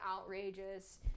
outrageous